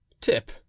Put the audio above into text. Tip